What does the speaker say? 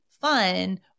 fun